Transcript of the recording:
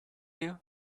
you